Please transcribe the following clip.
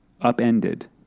upended